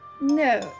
No